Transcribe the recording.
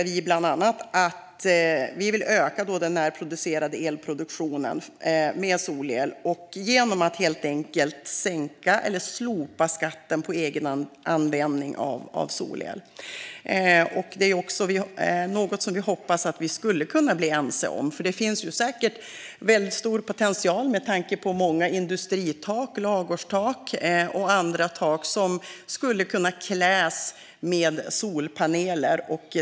Vi vill öka närproduktionen av solel genom att helt enkelt sänka eller slopa skatten på egenanvändning av solel. Det är något som vi hoppas att vi skulle kunna bli ense om. Det finns säkert en väldigt stor potential med tanke på många industritak, ladugårdstak och andra tak som skulle kunna kläs med solpaneler.